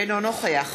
אינו נוכח